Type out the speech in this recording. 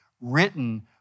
written